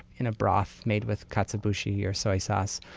in a broth made with katsuobushi or soy sauce,